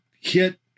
hit